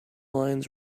lines